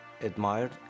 admired